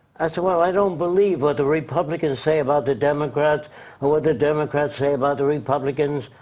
i said well, i don't believe what the republicans say about the democrats what the democrats say about the republicans.